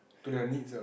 to their needs ah